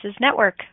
Network